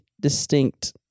distinct